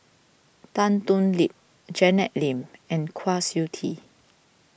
Tan Thoon Lip Janet Lim and Kwa Siew Tee